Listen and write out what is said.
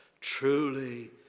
truly